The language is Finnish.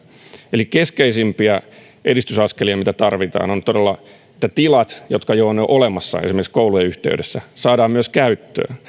eli keskeisimpiä edistysaskelia mitä tarvitaan on todella että tilat jotka jo ovat olemassa esimerkiksi koulujen yhteydessä saadaan myös käyttöön